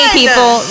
people